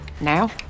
Now